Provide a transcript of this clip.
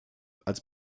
als